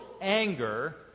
anger